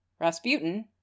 Rasputin